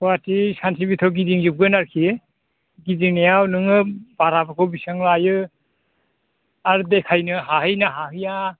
गुवाहाटि सानसेनि बिथोराव गिदिंजोबगोन आरोखि गिदिंनायाव नोङो भाराफोरखौ बेसेबां लायो आरो देखायनो हाहैयोना हाहैया